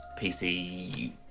pc